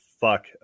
fuck